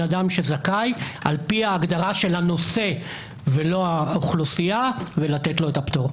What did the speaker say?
אדם שזכאי לפי ההגדרה של הנושא ולא של האוכלוסייה ולתת לו את הפטור.